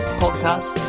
podcast